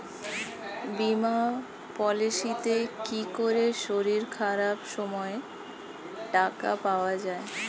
বীমা পলিসিতে কি করে শরীর খারাপ সময় টাকা পাওয়া যায়?